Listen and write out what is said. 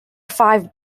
five